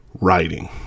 writing